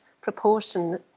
proportion